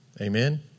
Amen